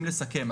אם לסכם,